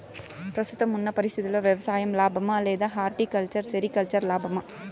ప్రస్తుతం ఉన్న పరిస్థితుల్లో వ్యవసాయం లాభమా? లేదా హార్టికల్చర్, సెరికల్చర్ లాభమా?